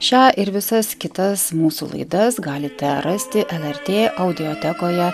šią ir visas kitas mūsų laidas galite rasti el er tė audijotekoje